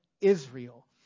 Israel